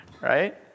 right